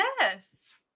Yes